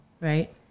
right